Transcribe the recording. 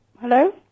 Hello